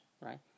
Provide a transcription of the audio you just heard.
Right